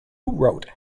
wrote